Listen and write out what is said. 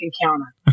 encounter